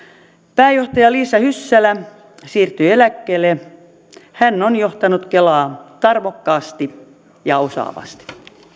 pääjohtaja liisa hyssälä siirtyy eläkkeelle hän on johtanut kelaa tarmokkaasti ja osaavasti